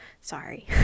Sorry